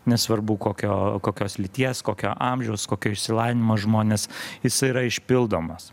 nesvarbu kokio kokios lyties kokio amžiaus kokio išsilavinimo žmonės jis yra išpildomas